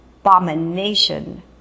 abomination